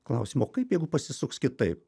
klausimą o kaip jeigu pasisuks kitaip